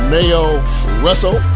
Mayo-Russell